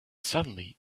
suddenly